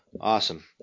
Awesome